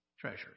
treasury